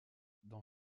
dans